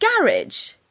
garage